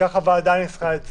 כך הוועדה ניסחה את זה.